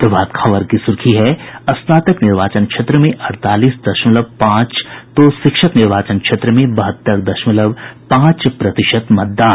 प्रभात खबर की सुर्खी है स्नातक निर्वाचन क्षेत्र में अड़तालीस दशमलव पांच तो शिक्षक निर्वाचन क्षेत्र में बहत्तर दशमलव पांच प्रतिशत मतदान